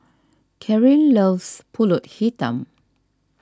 Carin loves Pulut Hitam